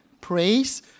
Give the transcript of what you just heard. praise